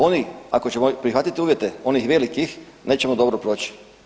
Oni, ako ćemo prihvatiti uvjete onih velikih nećemo dobro proći.